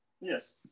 Yes